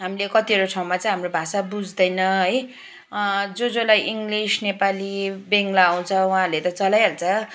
हामीले कतिवटा ठाउँमा चाहिँ हाम्रो भाषा बुझ्दैन है जो जोलाई इङ्ग्लिस नेपाली बङ्गला आउँछ उहाँहरूले त चलाइहाल्छ